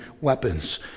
weapons